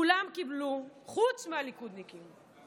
חוץ מהליכודניקים כולם קיבלו,